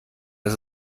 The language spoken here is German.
ist